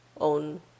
own